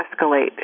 escalate